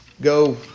go